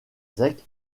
zec